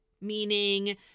meaning